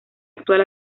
actual